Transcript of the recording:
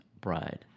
bride